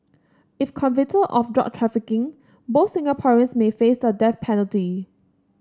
if convicted of drug trafficking both Singaporeans may face the death penalty